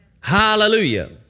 hallelujah